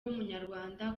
w’umunyarwanda